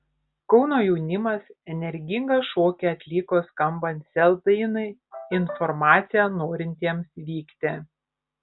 kauno jaunimas energingą šokį atliko skambant sel dainai informacija norintiems vykti